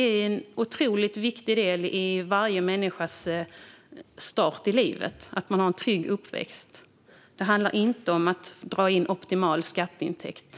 Det är en otroligt viktig del i varje människas start i livet att man har en trygg uppväxt. Det handlar inte om att dra in optimala skatteintäkter.